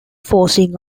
forcing